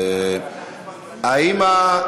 מה,